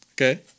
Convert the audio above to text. Okay